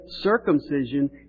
circumcision